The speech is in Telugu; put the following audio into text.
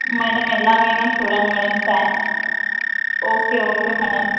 మ్యాడమ్ ఎలాగైన చూడండి madam thank okay okay madam